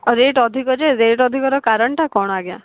rate ଅଧିକ ଯେ rate ଅଧିକର କାରଣଟା କ'ଣ ଆଜ୍ଞା